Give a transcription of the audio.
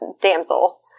damsel